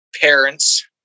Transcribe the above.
parents